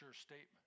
statement